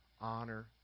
honor